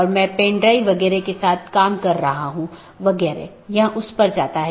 और यह मूल रूप से इन पथ विशेषताओं को लेता है